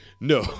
No